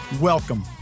Welcome